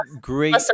great